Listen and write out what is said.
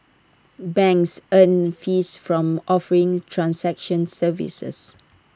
banks earn fees from offering transaction services